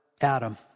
Adam